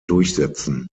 durchsetzen